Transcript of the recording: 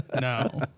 No